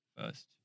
first